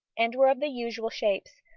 and were of the usual shapes.